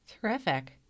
terrific